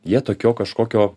jie tokio kažkokio